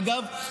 אגב,